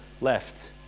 left